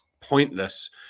pointless